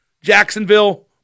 Jacksonville